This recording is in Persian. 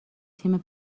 تیم